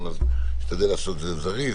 למרות שנשתדל לעשות את זה בזריזות.